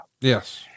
Yes